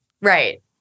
Right